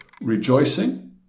rejoicing